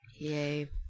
Yay